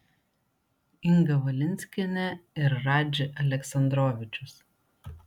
inga valinskienė ir radži aleksandrovičius